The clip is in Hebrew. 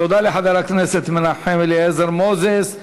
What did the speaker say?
תודה לחבר הכנסת מנחם אליעזר מוזס.